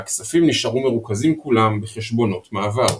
והכספים נשארו מרוכזים כולם ב"חשבונות מעבר".